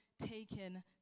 taken